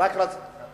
חבר